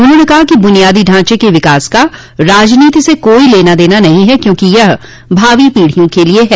उन्होंने कहा कि बुनियादी ढांचे के विकास का राजनीति से कोई लेना देना नहीं है क्योंकि यह भावी पीढियों के लिए है